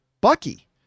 Bucky